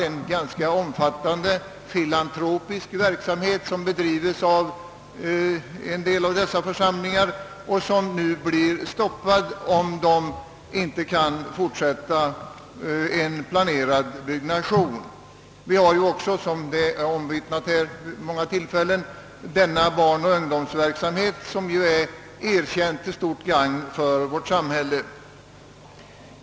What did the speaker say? En ganska omfattande filantropisk verksamhet bedrivs av en del av dessa församlingar, och denna verksamhet blir stoppad om man inte kan fortsätta en planerad byggnation. Vi har också, som omvittnats här vid många tillfällen, barnoch ungdomsverksamhet till erkänt stort gagn för vårt samhälle.